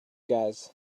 guys